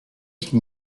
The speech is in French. qu’il